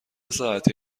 ساعتی